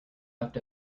left